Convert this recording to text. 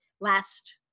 last